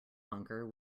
honker